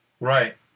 Right